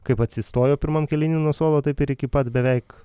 kaip atsistojo pirmam kėliny nuo suolo taip ir iki pat beveik